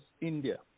India